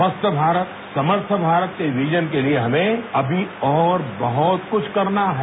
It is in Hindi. स्वस्थ भारत समर्थ भारत के विजन के लिए हमें अभी और बहत कुछ करना है